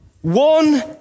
one